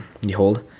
behold